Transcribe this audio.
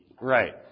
Right